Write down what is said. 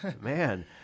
Man